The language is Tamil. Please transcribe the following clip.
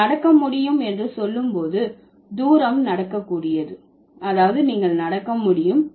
நீங்கள் நடக்க முடியும் என்று சொல்லும் போது தூரம் நடக்கக்கூடியது அதாவது நீங்கள் நடக்க முடியும்